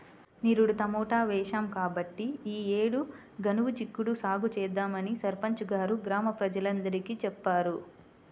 నిరుడు టమాటా వేశాం కాబట్టి ఈ యేడు గనుపు చిక్కుడు సాగు చేద్దామని సర్పంచి గారు గ్రామ ప్రజలందరికీ చెప్పారు